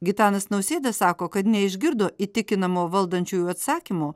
gitanas nausėda sako kad neišgirdo įtikinamo valdančiųjų atsakymo